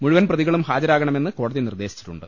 മുഴുവൻ പ്രതികളും ഹാജരാകണമെന്ന് കോടതി നിർദേശിച്ചിട്ടുണ്ട്